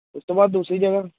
ਉਸ ਤੋਂ ਬਾਅਦ ਦੂਸਰੀ ਜਗ੍ਹਾ